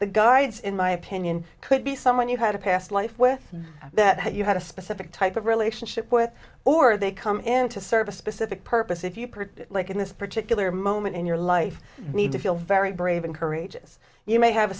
the guards in my opinion could be someone you had a past life with that you had a specific type of relationship with or they come in to serve a specific purpose if you like in this particular moment in your life need to feel very brave and courageous you may have a